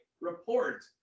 report